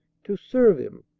to serve him,